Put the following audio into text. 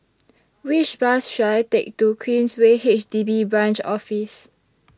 Which Bus should I Take to Queensway H D B Branch Office